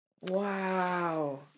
wow